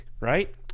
right